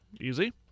Easy